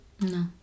No